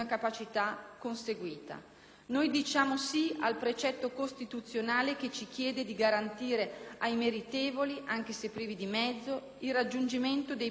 Noi diciamo sì al precetto costituzionale che ci chiede di garantire ai meritevoli, anche se privi di mezzi, il raggiungimento dei più alti gradi dell'istruzione.